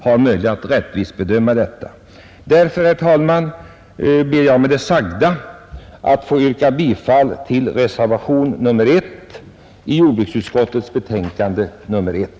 Herr talman! Jag ber med det sagda att få yrka bifall till reservationen 1 i jordbruksutskottets betänkande nr 1.